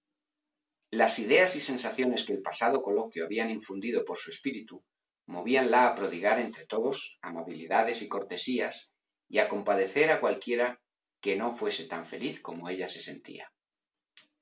las ideas y sensaciones que el pasado coloquio habían infundido por su espíritu movíanla a prodigar entre todos amabilidades y cortesías y a compadecer a cualquiera que no fuese tan feliz como ella se sentía